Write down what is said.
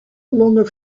longer